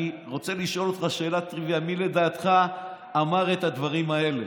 אני רוצה לשאול אותך שאלת טריוויה: מי לדעתך אמר את הדברים האלה?